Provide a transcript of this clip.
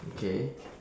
okay